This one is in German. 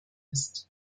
ist